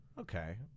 Okay